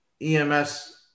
EMS